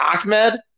Ahmed